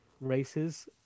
races